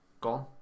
gone